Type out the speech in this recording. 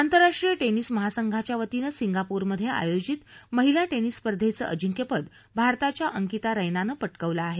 आंतराष्ट्रीय िमिस महासंघाच्या वतीनं सिंगापोरमध्ये आयोजित महिला िमिस स्पर्धेचं अजिंक्यपद भारताच्या अंकिता रेना नं प िकावलं आहे